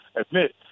admit